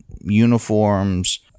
uniforms